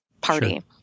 party